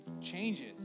changes